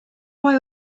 why